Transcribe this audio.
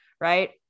right